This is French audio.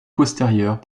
postérieures